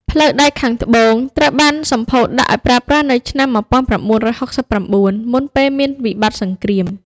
ផ្លូវដែកភាគត្បូងត្រូវបានសម្ពោធដាក់ឱ្យប្រើប្រាស់នៅឆ្នាំ ១៩៦៩ មុនពេលមានវិបត្តិសង្គ្រាម។